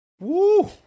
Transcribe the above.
Woo